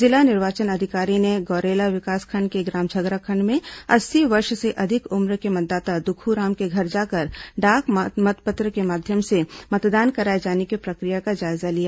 जिला निर्वाचन अधिकारी ने गौरेला विकासखंड के ग्राम झगराखंड में अस्सी वर्ष से अधिक उम्र के मतदाता दुखुराम के घर जाकर डाक मतपत्र के माध्यम से मतदान कराए जाने की प्रक्रिया का जायजा लिया